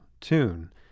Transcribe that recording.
tune